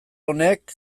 honek